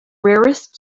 rarest